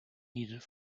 needed